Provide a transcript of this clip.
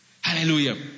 Hallelujah